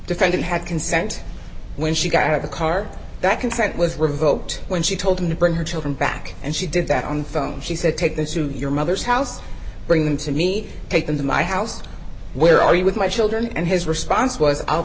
defendant had consent when she got out of the car that consent was revoked when she told me to bring her children back and she did that on the phone she said take this to your mother's house bring them to me take them to my house where are you with my children and his response was i'll